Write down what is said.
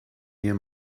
near